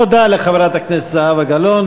תודה לחברת הכנסת זהבה גלאון.